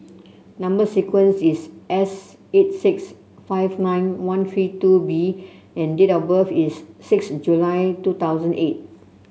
number sequence is S eight six five nine one three two B and date of birth is six July two thousand eight